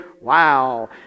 wow